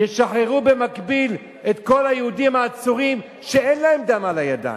ישחררו במקביל את כל היהודים העצורים שאין להם דם על הידיים.